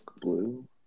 Blue